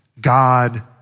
God